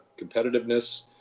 competitiveness